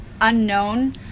unknown